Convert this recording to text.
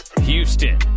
Houston